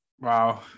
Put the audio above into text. Wow